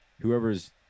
whoever's